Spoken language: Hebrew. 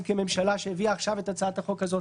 כממשלה שהביאה עכשיו את הצעת החוק הזאת?